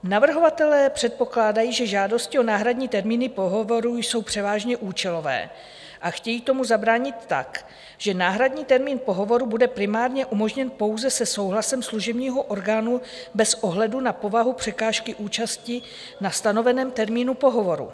Navrhovatelé předpokládají, že žádosti o náhradní termíny pohovorů jsou převážně účelové, a chtějí tomu zabránit tak, že náhradní termín pohovoru bude primárně umožněn pouze se souhlasem služebního orgánu bez ohledu na povahu překážky účasti na stanoveném termínu pohovoru.